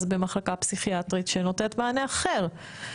במחלקה פסיכיאטרית שנותנת מענה אחר.